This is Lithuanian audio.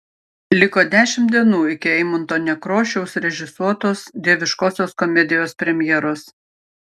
liko dešimt dienų iki eimunto nekrošiaus režisuotos dieviškosios komedijos premjeros